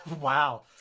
Wow